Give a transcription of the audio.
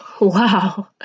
Wow